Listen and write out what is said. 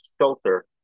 shelter